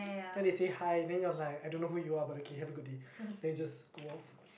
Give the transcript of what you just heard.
then they say hi then you are like I don't know who you are but okay have a good day then you just go off